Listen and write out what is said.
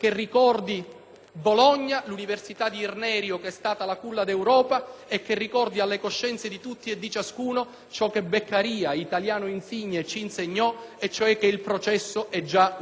Bologna, l'università di Irnerio, che è stata la culla d'Europa, e che ricordi alle coscienze di tutti e di ciascuno ciò che Beccaria, italiano insigne, ci insegnò, ossia che il processo è già una pena.